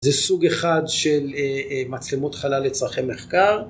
זה סוג אחד של מצלמות חלל לצרכי מחקר.